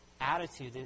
attitude